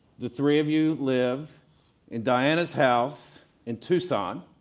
the three of you live in diana's house in tucson,